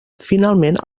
finalment